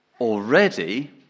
already